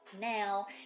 Now